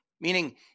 Meaning